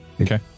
okay